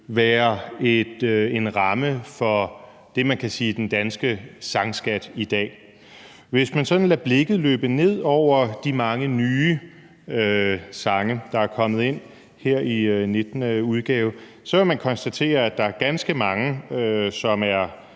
man kan sige er den danske sangskat i dag. Hvis man sådan lader blikket løbe ned over de mange nye sange, der er kommet ind her i den 19. udgave, så vil man konstatere, at der er ganske mange sange,